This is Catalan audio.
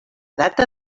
data